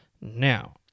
Now